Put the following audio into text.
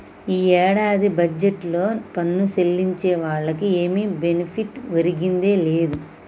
ఈ ఏడాది బడ్జెట్లో పన్ను సెల్లించే వాళ్లకి ఏమి బెనిఫిట్ ఒరిగిందే లేదు